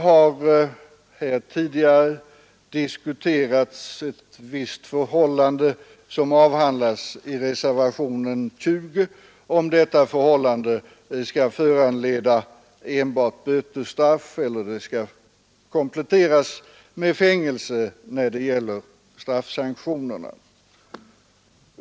Här har diskuterats om det förhållande som avhandlas i reservationen 20 skall föranleda enbart bötesstraff eller om straffsanktionerna skall kompletteras med fängelse.